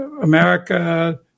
America